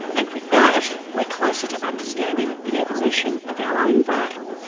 and with that we're closer to understanding the evolution of our own brain.